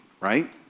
right